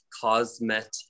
cosmetic